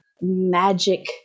magic